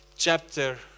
chapter